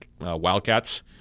Wildcats